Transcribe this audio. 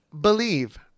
Believe